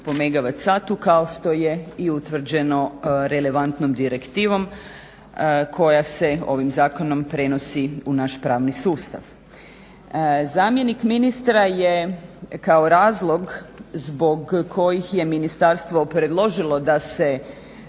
po megawat satu kao što je i utvrđeno relevantnom direktivom koja se ovim zakonom prenosi u naš pravni sustav. Zamjenik ministra je kao razlog zbog kojih je ministarstvo predložilo da se